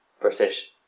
British